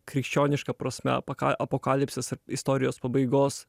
krikščioniška prasme apaka apokalipsės istorijos pabaigos